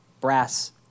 brass